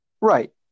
Right